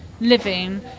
living